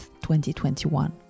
2021